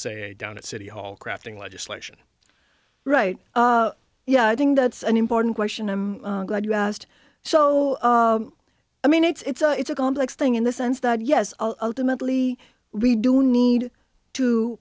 say down at city hall crafting legislation right yeah i think that's an important question i'm glad you asked so i mean it's a it's a complex thing in the sense that yes the mentally we do need to